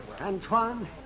Antoine